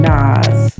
Nas